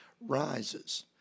rises